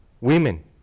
women